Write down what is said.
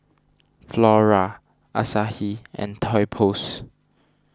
Flora Asahi and Toy Outpost